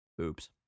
Oops